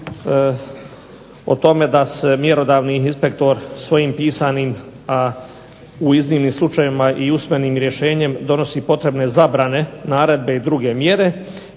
o tome da se mjerodavni inspektor svojim pisanim u iznimnim slučajevima usmenim rješenjem donosi potrebne zabrane naredbe i druge mjere